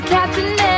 Captain